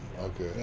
Okay